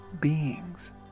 beings